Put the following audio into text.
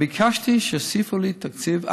ביקשתי שיוסיפו לי תקציב.